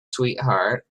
sweetheart